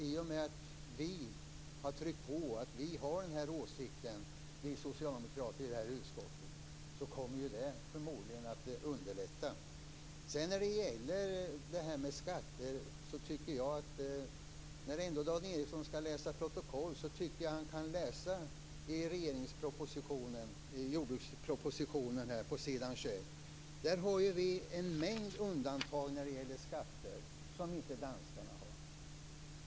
I och med att vi har tryckt på att vi socialdemokrater i utskottet har den här åsikten kommer det förmodligen att underlätta. I fråga om skatter tycker jag att Dan Ericsson, när han ändå skall läsa protokoll, kan läsa i jordbrukspropositionen på s. 21. Där står det om en mängd undantag när det gäller skatter som inte danskarna har.